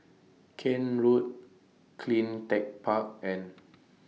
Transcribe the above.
Kent Road Clean Tech Park and